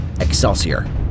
Excelsior